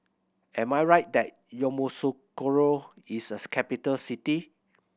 am I right that Yamoussoukro is a capital city